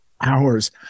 Hours